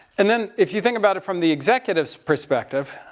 and then if you think about it from the executive's perspective.